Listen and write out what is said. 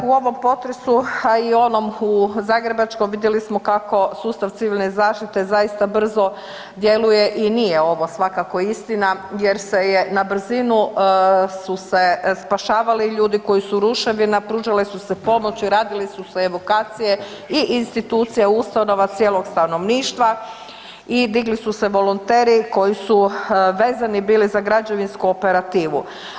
U ovom potresu, a i onom zagrebačkom vidjeli smo kako sustav civilne zaštite zaista brzo djeluje i nije ovo svakako istina jer se je na brzinu su se spašavali ljudi koji su u ruševinama pružale su se pomoći, radile su se edukacije i institucije, ustanova, cijelog stanovništva i digli su se volonteri koji su vezani bili za građevinsku operativu.